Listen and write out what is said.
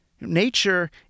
Nature